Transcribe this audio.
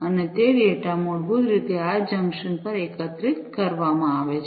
અને તે ડેટા મૂળભૂત રીતે આ જંકશન પર એકત્રિત કરવામાં આવે છે